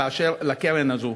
באשר לקרן הזאת.